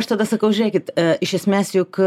aš tada sakau žiūrėkit iš esmės juk